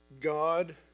God